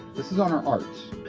this is on our arts.